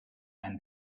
and